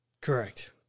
Correct